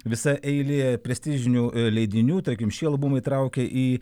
visa eilė prestižinių leidinių tarkim šį albumą įtraukė į